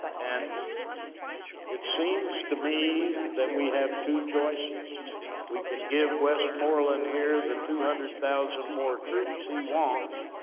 and it seems to me, that we have two choices we can give westmoreland here, the two hundred thousand more troops he wants